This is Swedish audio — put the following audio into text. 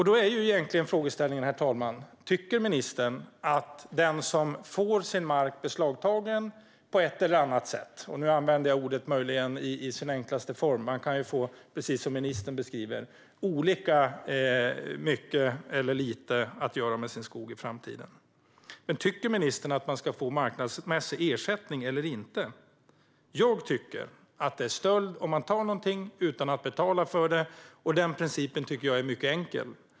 Då är frågan, herr talman: Tycker ministern att den som får sin mark beslagtagen på ett eller annat sätt, och nu använder jag möjligen ordet i dess enklaste form, ska få marknadsmässig ersättning eller inte? Man kan ju, precis som ministern beskriver, få olika mycket eller lite att göra med sin skog i framtiden. Jag tycker att det är stöld om man tar någonting utan att betala för det, och den principen tycker jag är mycket enkel.